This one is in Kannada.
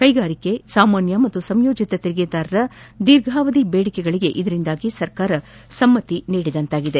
ಕೈಗಾರಿಕೆ ಸಾಮಾನ್ಹ ಮತ್ತು ಸಂಯೋಜಿತ ತೆರಿಗೆದಾರರ ದೀರ್ಘಾವಧಿ ಬೇಡಿಕೆಗಳಗೆ ಇದರಿಂದಾಗಿ ಸರ್ಕಾರ ಸಮ್ನತಿದಂತಾಗಿದೆ